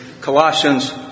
Colossians